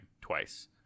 twice